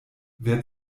wer